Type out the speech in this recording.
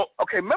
Okay